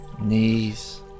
knees